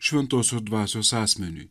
šventosios dvasios asmeniui